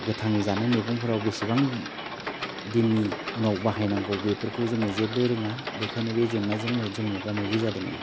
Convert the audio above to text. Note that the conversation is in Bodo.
गोथाङै जानाय मैगंफोराव बेसेबां दिननि उनाव बाहायनांगौ बेफोरखौ जोङो जेबो रोङा बेखायनो बे जेंनाजों जोङो मोगा मोगि जादों